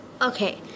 Okay